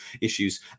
issues